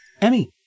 Emmy